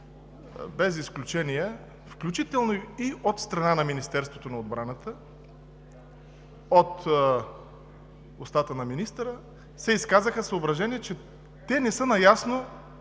без изключения, включително и от страна на Министерството на отбраната, от устата на министъра се изказаха съображения, че те не са наясно